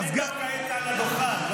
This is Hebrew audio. אני דווקא הייתי על הדוכן.